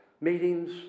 Meetings